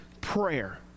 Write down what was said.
prayer